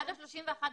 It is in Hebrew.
עד ה-31 במאי.